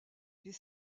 les